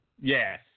yes